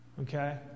Okay